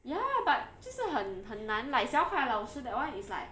ya but 就是很很难 like 小凯老师 that [one] is like